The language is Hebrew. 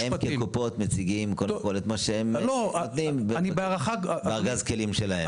הן כקופות מציגות קודם כל את מה שהן נותנות בארגז הכלים שלהן.